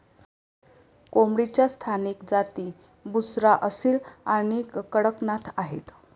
कोंबडीच्या स्थानिक जाती बुसरा, असील आणि कडकनाथ आहेत